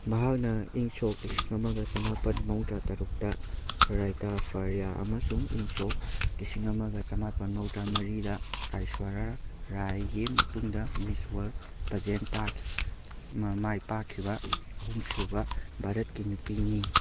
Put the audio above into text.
ꯃꯍꯥꯛꯅ ꯏꯪ ꯁꯣꯛ ꯂꯤꯁꯤꯡ ꯑꯃꯒ ꯆꯃꯥꯄꯜ ꯃꯧꯗ꯭ꯔꯥ ꯇꯔꯨꯛꯇ ꯔꯥꯏꯇꯥ ꯐꯔꯤꯌꯥ ꯑꯃꯁꯨꯡ ꯏꯪ ꯁꯣꯛ ꯂꯤꯁꯤꯡ ꯑꯃꯒ ꯆꯃꯥꯄꯜ ꯃꯧꯗ꯭ꯔꯃꯔꯤꯗ ꯑꯥꯏꯁꯣꯔꯥ ꯔꯥꯏꯒꯤ ꯃꯇꯨꯡꯗ ꯃꯤꯁ ꯋꯔꯜ ꯄꯖꯦꯟ ꯃꯥꯏ ꯄꯥꯛꯈꯤꯕ ꯑꯍꯨꯝꯁꯨꯕ ꯚꯥꯔꯠꯀꯤ ꯅꯨꯄꯤꯅꯤ